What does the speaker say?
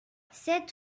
sept